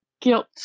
guilt